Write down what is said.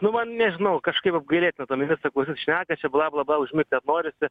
nu va nežinau kažkaip apgailėtinai to ministro klausyt šneka čia bla bla bla užmigt kad norisi